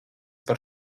par